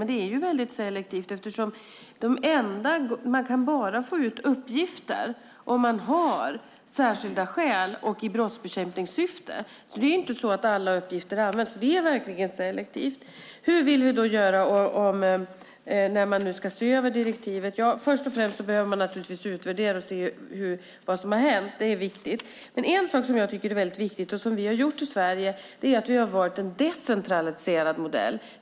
Men det är ju väldigt selektivt eftersom man bara kan få ut uppgifter om man har särskilda skäl och i brottsbekämpningssyfte. Det är inte alla uppgifter som används, så det är verkligen selektivt. Hur vill vi då göra när vi nu ska se över direktivet? Först och främst behöver vi naturligtvis utvärdera det och se vad som har hänt. Det är viktigt. En annan sak som jag tycker är väldigt viktig och som vi har gjort i Sverige är att vi har valt en decentraliserad modell.